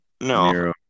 No